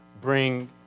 bring